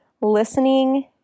listening